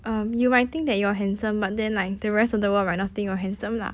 um you might think that you are handsome but then like the rest of the world might not think you are handsome lah